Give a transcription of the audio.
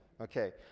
okay